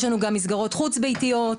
יש לנו גם מסגרות חוץ ביתיות,